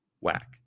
whack